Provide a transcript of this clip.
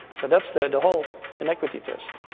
so that's the and whole inequity test.